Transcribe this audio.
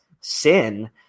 sin